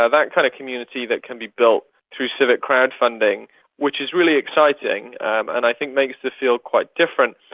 ah that kind of community that can be built through civic crowd-funding which is really exciting, and i think it makes the field quite different.